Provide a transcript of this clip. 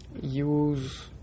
use